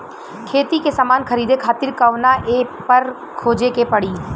खेती के समान खरीदे खातिर कवना ऐपपर खोजे के पड़ी?